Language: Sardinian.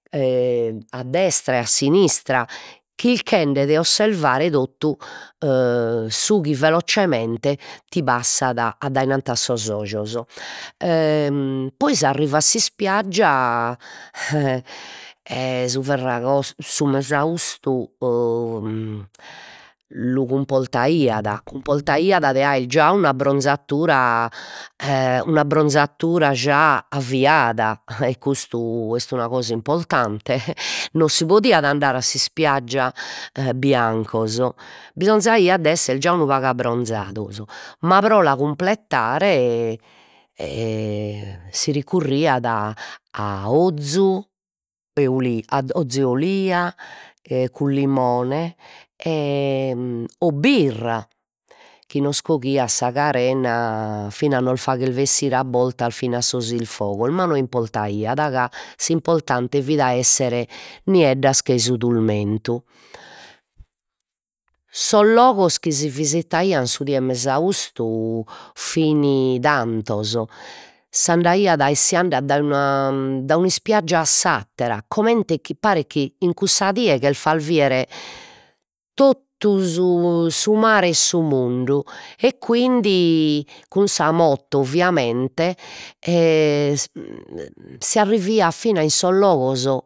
E a destra e a sinistra chilchende de osservare totu e su chi velozzemente ti passat addainanti a sos ojos e poi s'arrivu a s'ispiaggia e e su su mesaustu lu cumportaiat cumportaiat de aer già un'abbrunzadura e un'abbronzadura già avviada e custu et una cosa importante, non si podiat andare a s'ispiaggia biancos, bisonzaiat de esser già unu pagu abbrunzados, ma pro la cumpletare e si recurriat a ozu e oli a ozu 'e olia cun limone e o birra chi nos coghiat sa carena fina a nos fagher bessire a boltas fina sos isfogos, ma no importaiat, ca s'importante fit a esser nieddas chei su turmentu. Sos logos chi si visitaian su die 'e mesaustu fin tantos, s'andaiat e si andan dai una dai un'ispiaggia a s'attera, comente chi paret chi in cussa die cherfas bider totu su mare 'e su mundu e quindi cun sa moto ovviamente e s'arriviat fina in sos logos